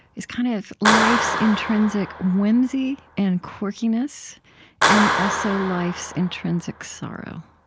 is kind of life's intrinsic whimsy and quirkiness and, also, life's intrinsic sorrow